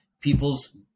people's